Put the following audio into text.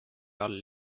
all